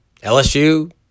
LSU